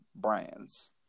brands